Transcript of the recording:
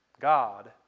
God